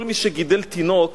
כל מי שגידל תינוק